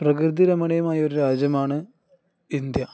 പ്രകൃതിരമണീയമായ ഒരു രാജ്യമാണ് ഇന്ത്യ